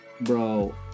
bro